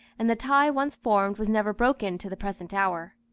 and the tie once formed was never broken to the present hour.